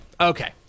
okay